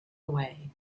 away